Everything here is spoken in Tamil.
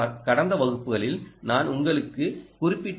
கடந்த வகுப்புகளில் நான் உங்களுக்கு குறிப்பிட்ட எல்